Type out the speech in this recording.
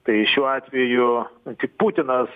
tai šiuo atveju tik putinas